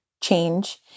change